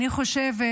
אני חושבת